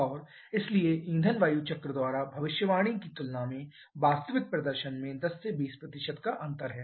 और इसलिए ईंधन वायु चक्र द्वारा भविष्यवाणी की तुलना में वास्तविक प्रदर्शन में 10 से 20 अंतर है